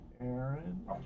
Aaron